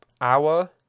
hour